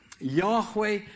Yahweh